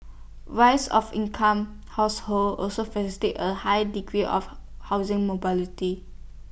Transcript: rise of incomes household also facilitated A high degree of housing mobility